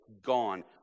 gone